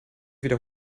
bitte